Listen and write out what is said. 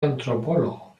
antropólogo